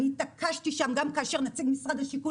אני התעקשתי שם גם כאשר נציג משרד השיכון